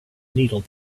needle